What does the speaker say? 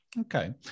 Okay